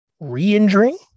re-injuring